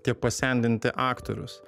tiek pasendinti aktorius